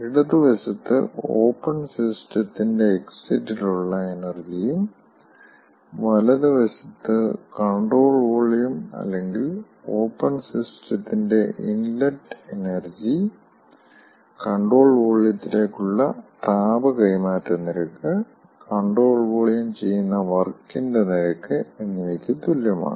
ഇടത് വശത്ത് ഓപ്പൺ സിസ്റ്റത്തിൻ്റെ എക്സിറ്റിൽ ഉള്ള എനർജിയും വലതു വശത്ത് കൺട്രോൾ വോളിയം അല്ലെങ്കിൽ ഓപ്പൺ സിസ്റ്റത്തിന്റെ ഇൻലെറ്റ് എനർജി കൺട്രോൾ വോള്യത്തിലേക്കുള്ള താപ കൈമാറ്റ നിരക്ക് കൺട്രോൾ വോളിയം ചെയ്യുന്ന വർക്കിൻ്റെ നിരക്ക് എന്നിവയ്ക്ക് തുല്യമാണ്